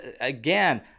again